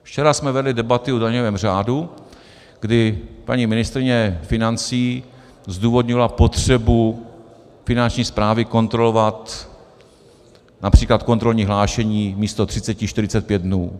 Včera jsme vedli debaty o daňovém řádu, kdy paní ministryně financí zdůvodňovala potřebu Finanční správy kontrolovat například kontrolní hlášení místo 30 45 dnů.